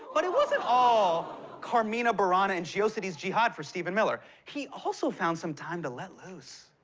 but it wasn't all carmina burana and geocities jihad for stephen miller. he also found some time to let loose.